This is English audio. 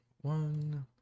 one